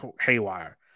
haywire